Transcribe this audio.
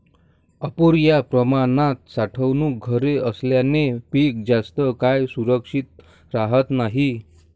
अपुर्या प्रमाणात साठवणूक घरे असल्याने पीक जास्त काळ सुरक्षित राहत नाही